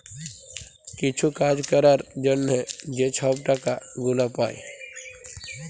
কিছু কাজ ক্যরার জ্যনহে যে ছব টাকা গুলা পায়